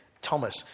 Thomas